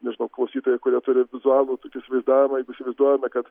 nežinau klausytojai kurie turi vizualų tokį įsivaizdavimą jeigu įsivaizduojame kad